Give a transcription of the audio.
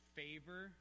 favor